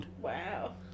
Wow